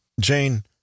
Jane